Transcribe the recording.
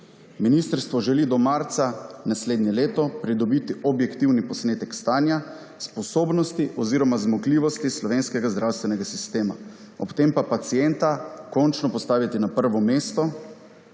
Ministrstvo želi do marca naslednje leto pridobiti objektivni posnetek stanja sposobnosti oziroma zmogljivosti slovenskega zdravstvenega sistema. Ob tem pa pacienta končno postaviti na prvo mesto,